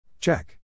Check